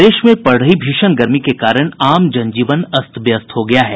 प्रदेश में पड़ रही भीषण गर्मी के कारण आम जन जीवन अस्त व्यस्त हो गया है